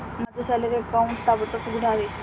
माझं salary account ताबडतोब उघडावे